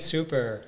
Super